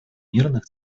мирных